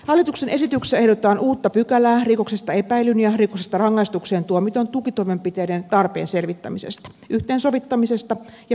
hallituksen esityksessä ehdotetaan uutta pykälää rikoksesta epäillyn ja rikoksesta rangaistukseen tuomitun tukitoimenpiteiden tarpeen selvittämisestä yhteensovittamisesta ja kustannusvastuusta